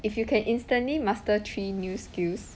if you can instantly master three new skills